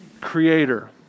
Creator